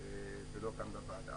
ולא כאן בוועדה.